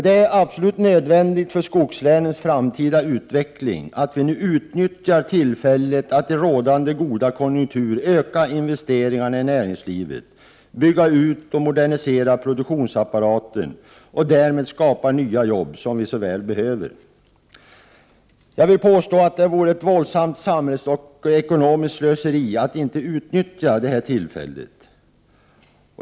Det är absolut nödvändigt för skogslänens framtida utveckling att vi nu utnyttjar tillfället att i rådande goda konjunktur öka investeringarna i näringslivet, bygga ut och modernisera produktionsapparaten och därmed skapa nya jobb som vi så väl behöver. Det vore ett våldsamt samhällsekonomiskt slöseri att inte utnyttja detta tillfälle.